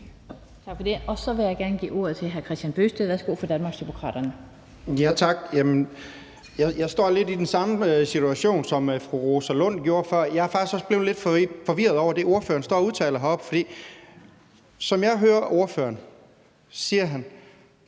Tak for det. Så vil jeg gerne give ordet til hr. Kristian Bøgsted fra Danmarksdemokraterne. Værsgo. Kl. 18:10 Kristian Bøgsted (DD): Tak. Jeg står lidt i den samme situation, som fru Rosa Lund gjorde før. Jeg er faktisk også blevet lidt forvirret over det, ordføreren står og udtaler, for som jeg hører ordføreren, siger han: